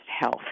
health